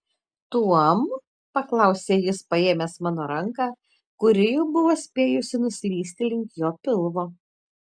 tuom paklausė jis paėmęs mano ranką kuri jau buvo spėjusi nuslysti link jo pilvo